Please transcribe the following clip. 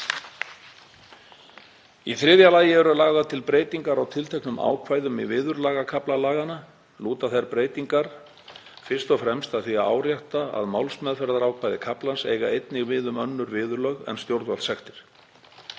Í þriðja lagi eru lagðar til breytingar á tilteknum ákvæðum í viðurlagakafla laganna. Lúta þær breytingar fyrst og fremst að því að árétta að málsmeðferðarákvæði kaflans eiga einnig við um önnur viðurlög en stjórnvaldssektir.